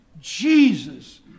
Jesus